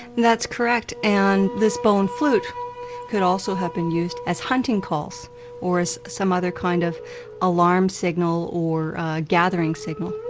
that's correct. and this bone flute could also have been used as hunting calls or as some other kind of alarm signal or gathering signal.